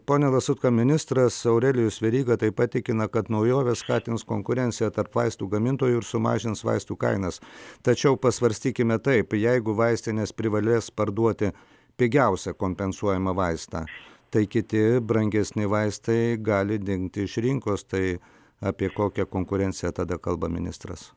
pone lazutka ministras aurelijus veryga taip pat tikina kad naujovės skatins konkurenciją tarp vaistų gamintojų ir sumažins vaistų kainas tačiau pasvarstykime taip jeigu vaistinės privalės parduoti pigiausią kompensuojamą vaistą tai kiti brangesni vaistai gali dingti iš rinkos tai apie kokią konkurenciją tada kalba ministras